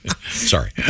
Sorry